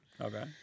Okay